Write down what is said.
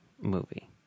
movie